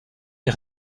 est